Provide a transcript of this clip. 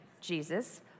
Jesus